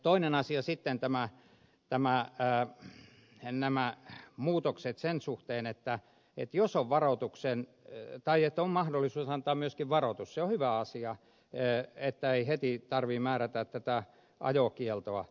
toinen asia sitten ovat nämä muutokset sen suhteen että jos on mahdollisuus antaa myöskin varoitus niin se on hyvä asia että ei heti tarvitse määrätä ajokieltoa